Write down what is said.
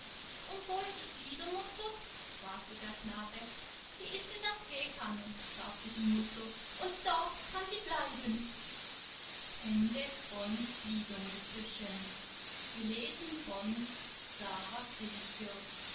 und wo ist die fliedermutter fragte der knabe sie ist in der theekanne sagte die mutter und dort kann sie bleiben